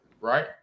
right